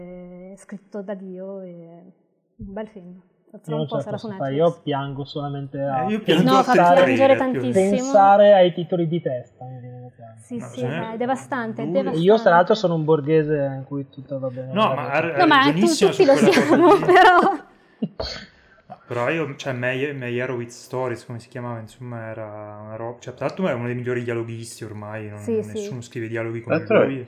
è scritto da Dio, è un bel film. Fra Io, un po' cioè, sarà posso su fare- io Netflix. piango solamente a Eh, io No, pianto a fa tre piangere trailer, più o meno. tantissimo. pensare ai titoli di testa, mi viene da piangere. Sì, sì, Ma ma cioè, è ma devastante, è due- Io, tra l'altro, devastante. sono un borghese in cui tutto va bene, No, va bene. ma ha- ha No, ma è tu- ragionissimo tutti su lo quella cosa siamo, lì. però- No. Però io- cioè, Meyer- Meyerowitz Stories, come si chiamava, insomma, era una roba- cioè, tra l'altro, era uno dei migliori dialoghisti ormai, non- Sì, sì. nessuno scrive dialoghi come Tra l'altro- lui.